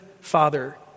father